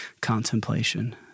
contemplation